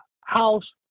house